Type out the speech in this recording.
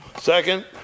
Second